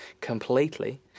completely